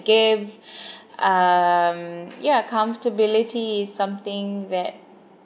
give um yeah comfortability is something that